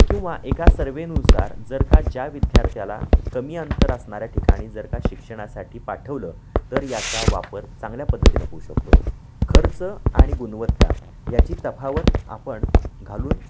किंवा एका सर्वेनुसार जर का ज्या विद्यार्थ्याला कमी अंतर असणाऱ्या ठिकाणी जर का शिक्षणासाठी पाठवलं तर याचा वापर चांगल्या पद्धतीनं होऊ शकतो खर्च आणि गुणवत्ता याची तफावत आपण घालून